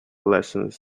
lessons